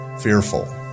fearful